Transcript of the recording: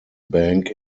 bank